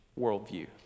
worldview